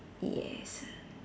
yes